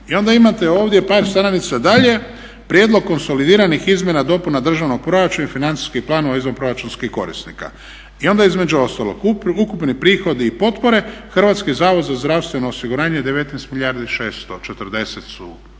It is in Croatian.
i onda imate ovdje par stranica dalje prijedlog konsolidiranih izmjena dopuna državnog proračuna i financijskih planova izvanproračunskih korisnika. I onda između ostalog ukupni prihodi i potpore, Hrvatski zavod za zdravstveno osiguranje 19 milijardi i 640 su